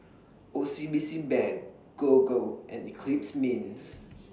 O C B C Bank Gogo and Eclipse Mints